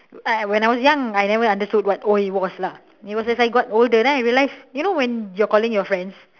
err when I was young I never understood what !oi! was lah it was as I got older then I realize you know when you are calling your friends